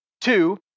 Two